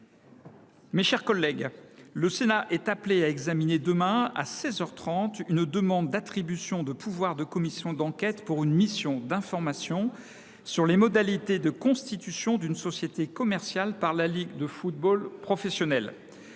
Mes chers collègues, le Sénat est appelé à examiner demain à seize heures trente une demande d’attribution de pouvoirs de commission d’enquête pour une mission d’information sur les modalités de constitution d’une société commerciale par la Ligue de football professionnel.